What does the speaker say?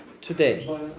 today